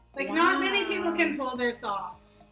like not many people can pull this off.